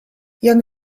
jak